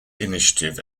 initiative